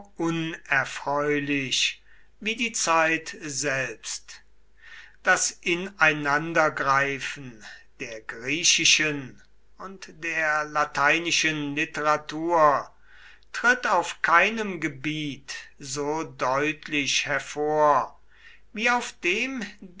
unerfreulich wie die zeit selbst das ineinandergreifen der griechischen und der lateinischen literatur tritt auf keinem gebiet so deutlich hervor wie auf dem